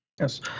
Yes